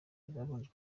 babanje